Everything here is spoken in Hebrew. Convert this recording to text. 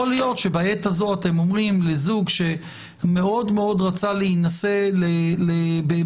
יכול להיות שבעת הזאת הם אומרים לזוג שמאוד רצה להינשא בירושלים,